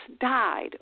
died